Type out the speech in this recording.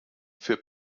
für